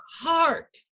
heart